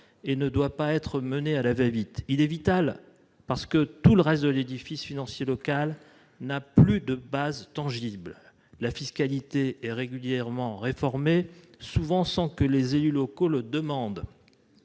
et ne doit pas être mené à la va-vite. Il est vital, parce que tout le reste de l'édifice financier local n'a plus de bases tangibles : la fiscalité est régulièrement réformée, souvent sans que les élus locaux le demandent